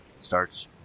starts